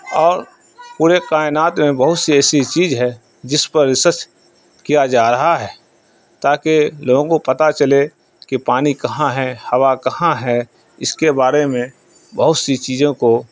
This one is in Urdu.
اور پورے کائنات میں بہت سی ایسی چیز ہے جس پر ریسرچ کیا جا رہا ہے تاکہ لوگوں کو پتا چلے کہ پانی کہاں ہے ہوا کہاں ہے اس کے بارے میں بہت سی چیزوں کو